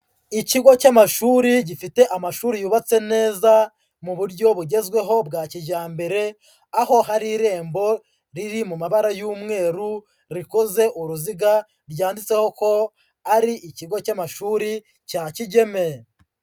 Ikigo cy'amashuri gifite amashuri yubatse neza mu buryo bugezweho bwa kijyambere, aho hari irembo riri mu mabara y'umweru rikoze uruziga, ryanditseho ko ari ikigo cy'amashuri cya Kigeme.